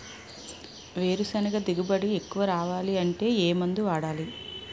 వేరుసెనగ దిగుబడి ఎక్కువ రావాలి అంటే ఏ మందు వాడాలి?